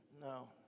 No